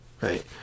right